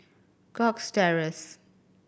Cox Terrace